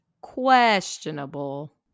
Questionable